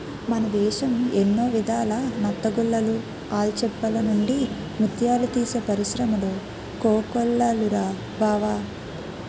మన దేశం ఎన్నో విధాల నత్తగుల్లలు, ఆల్చిప్పల నుండి ముత్యాలు తీసే పరిశ్రములు కోకొల్లలురా బావా